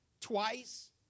twice